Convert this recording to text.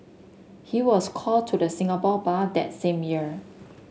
he was called to the Singapore Bar that same year